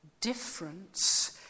difference